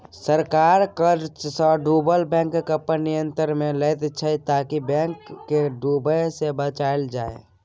सरकार कर्जसँ डुबल बैंककेँ अपन नियंत्रणमे लैत छै ताकि बैंक केँ डुबय सँ बचाएल जाइ